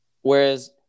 whereas